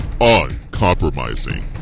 Uncompromising